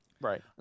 Right